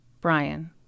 Brian